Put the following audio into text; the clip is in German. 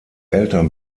eltern